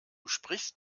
sprichst